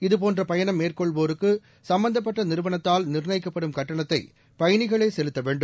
இதுபோன்ற பயணம் மேற்கொள்வோருக்கு சம்பந்தப்பட்ட நிறுவனத்தால் நிர்ணயிக்கப்படும் கட்டணத்தை பயணிகளே செலுத்த வேண்டும்